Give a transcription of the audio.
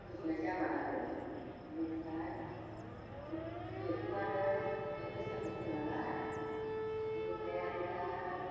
गुजुनाय जाबा आरो बेनिफ्राय बेखौनो आरो गाइखेर साहाखौ होबाय नालाय बेनिफ्राय आरो दा